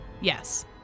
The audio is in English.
Yes